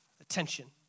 attention